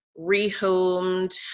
rehomed